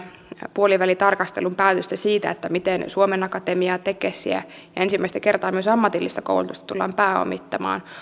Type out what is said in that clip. puolivälitarkastelun päätöstä siitä miten suomen akatemiaa tekesiä ja ensimmäistä kertaa myös ammatillista koulutusta tullaan pääomittamaan se